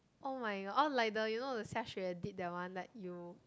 oh-my-god oh like the you know the xiaxue did that one like you